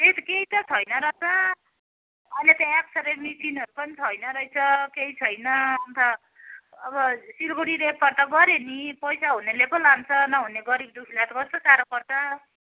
त्यही त केही त छैन रहेछ अहिले त एक्स रे मिसिनहरू पनि छैन रहेछ केही छैन अन्त अब सिलगढी रेफर त गऱ्यो नि पैसा हुनेले पो लान्छ नहुने गरिब दुखीलाई त कस्तो साह्रो पर्छ